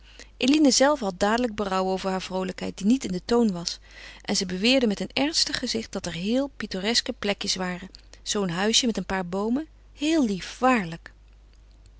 eline zelve had dadelijk berouw over haar vroolijkheid die niet in den toon was en ze beweerde met een ernstig gezicht dat er heel pittoresque plekjes waren zoo een huisje met een paar boomen heel lief waarlijk